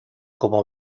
como